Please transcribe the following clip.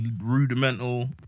rudimental